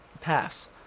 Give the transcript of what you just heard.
Pass